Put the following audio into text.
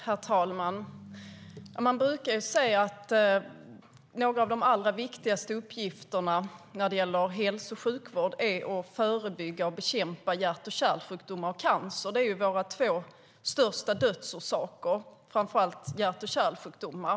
Herr talman! Man brukar säga att några av de allra viktigaste uppgifterna när det gäller hälso och sjukvård är att förebygga och bekämpa hjärt-kärlsjukdomar och cancer. Det är våra två största dödsorsaker, framför allt hjärt-kärlsjukdomar.